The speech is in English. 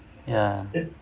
ya